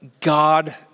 God